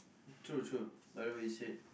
true true by the way you said